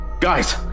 Guys